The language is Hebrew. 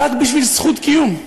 רק בשביל זכות קיום.